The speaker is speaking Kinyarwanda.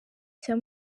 cya